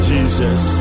Jesus